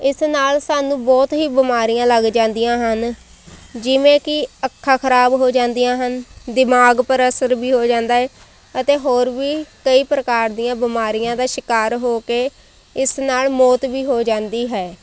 ਇਸ ਨਾਲ ਸਾਨੂੰ ਬਹੁਤ ਹੀ ਬਿਮਾਰੀਆਂ ਲੱਗ ਜਾਂਦੀਆਂ ਹਨ ਜਿਵੇਂ ਕਿ ਅੱਖਾਂ ਖਰਾਬ ਹੋ ਜਾਂਦੀਆਂ ਹਨ ਦਿਮਾਗ ਪਰ ਅਸਰ ਵੀ ਹੋ ਜਾਂਦਾ ਏ ਅਤੇ ਹੋਰ ਵੀ ਕਈ ਪ੍ਰਕਾਰ ਦੀਆਂ ਬਿਮਾਰੀਆਂ ਦਾ ਸ਼ਿਕਾਰ ਹੋ ਕੇ ਇਸ ਨਾਲ ਮੌਤ ਵੀ ਹੋ ਜਾਂਦੀ ਹੈ